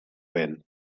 vent